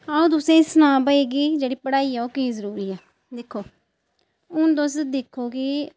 अ'ऊं तुसेंगी सनांऽ भाई कि जेह्ड़ी पढ़ाई ऐ ओह् कीह् जरूरी ऐ दिक्खो हून तुस दिक्खो कि